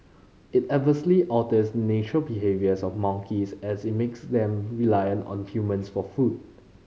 it adversely alters natural behaviours of monkeys as it makes them reliant on humans for food